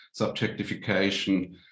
subjectification